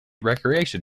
recreation